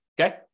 Okay